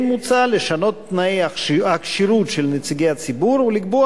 כן מוצע לשנות תנאי הכשירות של נציגי הציבור ולקבוע